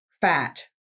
fat